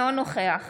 אינו נוכח